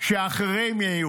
שאחרים יהיו,